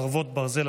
חרבות ברזל),